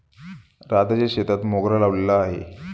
राधाच्या शेतात मोगरा लावलेला आहे